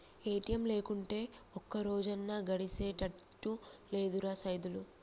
ATM లేకుంటే ఒక్కరోజన్నా గడిసెతట్టు లేదురా సైదులు